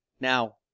Now